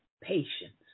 patience